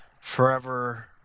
forever